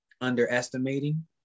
underestimating